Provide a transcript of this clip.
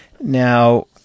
Now